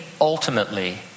ultimately